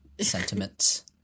sentiments